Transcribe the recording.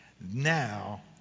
Now